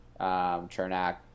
Chernak